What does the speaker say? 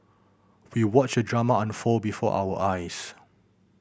we watched the drama unfold before our eyes